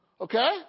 Okay